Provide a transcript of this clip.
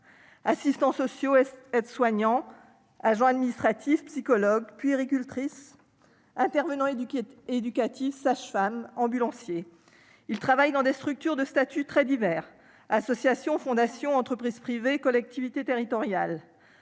assistants sociaux, aides-soignants, agents administratifs, psychologues, puéricultrices, intervenants éducatifs, sages-femmes, ou encore ambulanciers. Ils travaillent dans des structures aux statuts variés : associations, fondations, entreprises privées, collectivités territoriales.